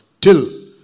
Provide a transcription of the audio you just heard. till